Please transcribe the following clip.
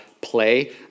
play